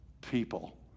people